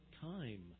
time